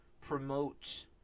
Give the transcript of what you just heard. promote